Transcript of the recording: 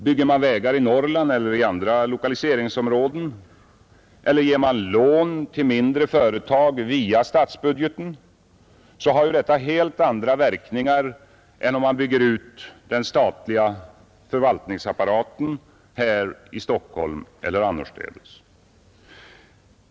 Bygger man vägar i Norrland eller i andra lokaliseringsområden eller ger man lån till mindre företag via statsbudgeten har ju detta helt andra verkningar än om man bygger ut den statliga förvaltningsapparaten i Stockholm eller annorstädes.